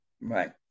right